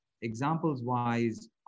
Examples-wise